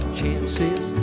chances